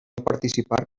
participar